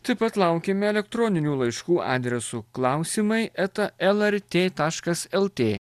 taip pat laukiame elektroninių laiškų adresu klausimai eta lrt taškas lt